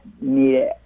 need